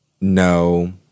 no